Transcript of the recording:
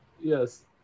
Yes